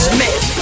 Smith